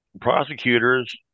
prosecutors